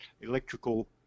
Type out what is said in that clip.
Electrical